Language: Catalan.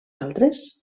altres